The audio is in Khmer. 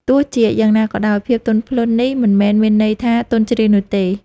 ទោះជាយ៉ាងណាក៏ដោយ ភាពទន់ភ្លន់នេះមិនមែនមានន័យថាទន់ជ្រាយនោះទេ។